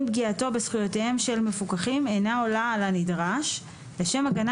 אם פגיעתו בזכויותיהם של מפוקחים אינה עולה על הנדרש לשם הגנה